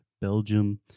Belgium